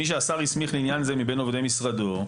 מי שהשר הסמיך לעניין זה מבין עובדי משרדו,